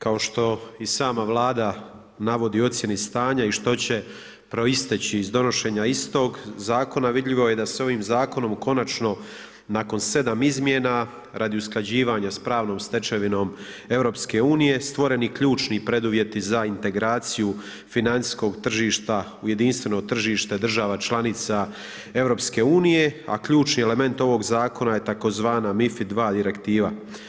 Kao što i sama Vlada navodi u ocjeni stanja i što će proisteći iz donošenja istog zakona, vidljivo je da se ovim zakonom konačno nakon 7 izmjena radi usklađivanja s pravnom stečevinom EU-a stvoreni ključni preduvjeti za integraciju financijskog tržišta u jedinstveno tržište država članica EU-a a ključ i element ovog zakona je tzv. MiFID II direktiva.